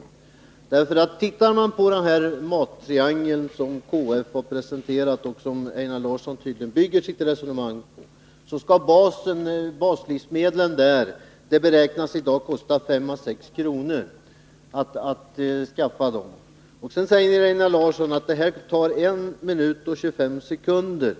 Det beräknas kosta 5-6 kr. att anskaffa baslivsmedlen på den mattriangel som KF har presenterat och som Einar Larsson tydligen bygger sitt resonemang på. Einar Larsson säger att det tar 1 minut och 25 sekunder